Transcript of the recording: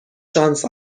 شانس